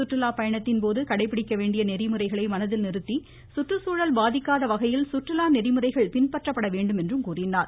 கற்றுலா பயணத்தின்போது கடைபிடிக்க வேண்டிய நெறிமுறைகளை மனதில் நிறுத்தி சுற்றுச்சூழல் பாதிக்காத வகையில் சுற்றுலா நெறிமுறைகள் பின்பற்றப்பட வேண்டும் என்றார்